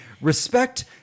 Respect